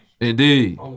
Indeed